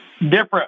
different